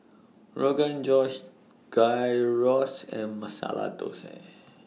Rogan Josh Gyros and Masala Dosa